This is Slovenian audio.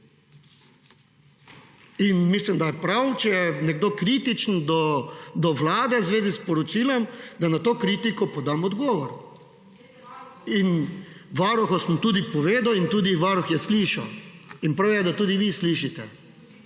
Mislim, da je prav, če je nekdo kritičen do Vlade v zvezi s poročilom, da na to kritiko podam odgovor. Varuhu smo tudi povedali in tudi varuh je slišal. In prav je, da tudi vi slišite.